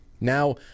Now